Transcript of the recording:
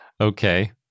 Okay